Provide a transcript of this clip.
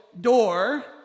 door